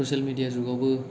social media जुगावबो